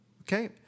okay